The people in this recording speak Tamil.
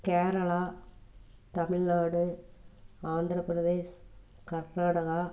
கேரளா தமிழ்நாடு ஆந்திரப்பிரதேஷ் கர்நாடகா